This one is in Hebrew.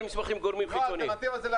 מה האלטרנטיבה?